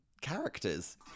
characters